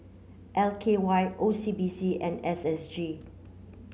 L K Y O C B C and S S G